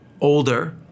older